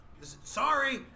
sorry